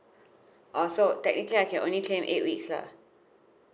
oh so technically I can only came eight weeks lah